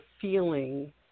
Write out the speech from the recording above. feeling